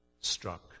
struck